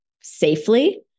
safely